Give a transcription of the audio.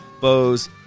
bows